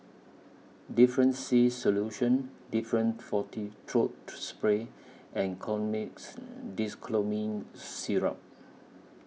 Difflam C Solution Difflam Forte Throat Spray and Colimix Dicyclomine Syrup